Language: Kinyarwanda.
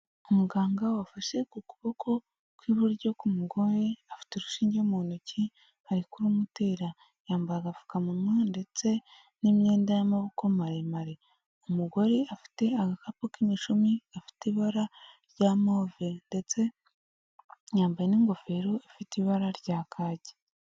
Umuganga wafashe ku kuboko kw'iburyo k'umugore, afite urushinge mu ntoki ari kurumutera, yambaye agapfukamunwa ndetse n'imyenda y'amaboko maremare, umugore afite agakapu k'imishumi gafite ibara rya move ndetse yambaye n'ingofero ifite ibara rya kaki.